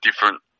different